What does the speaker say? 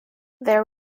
their